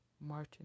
Martin